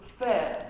fair